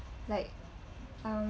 like um